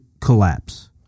Collapse